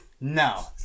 No